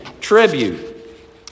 tribute